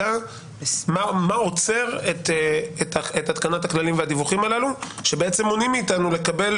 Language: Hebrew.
מה עוצר את התקנת הכללים והדיווחים הללו שבעצם מונעים מאתנו לקבל